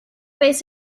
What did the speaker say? vez